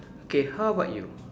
okay how about you